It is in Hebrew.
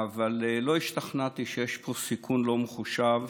אבל לא השתכנעתי שיש פה סיכון לא מחושב.